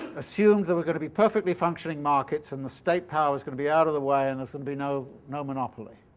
assumes there were going to be perfectly functioning markets and the state power is going to be out of the way, and there's gonna be no no monopoly.